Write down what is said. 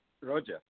Roger